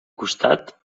costat